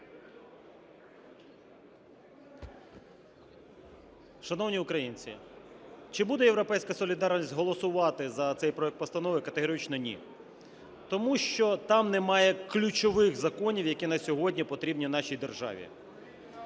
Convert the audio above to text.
Шановні українці, чи буде "Європейська солідарність" голосувати за цей проект постанови? Категорично ні. Тому що там немає ключових законів, які на сьогодні потрібні нашій державі.